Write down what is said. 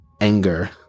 Anger